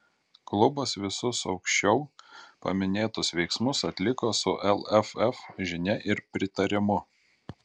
klubas visus aukščiau paminėtus veiksmus atliko su lff žinia ir pritarimu